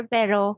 Pero